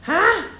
!huh!